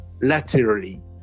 laterally